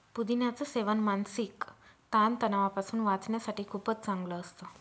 पुदिन्याच सेवन मानसिक ताण तणावापासून वाचण्यासाठी खूपच चांगलं असतं